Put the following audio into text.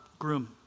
groom